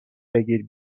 بگیر